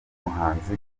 w’umuhanzi